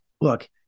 Look